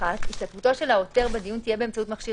(1)השתתפותו של העותר בדיון תהיה באמצעות מכשיר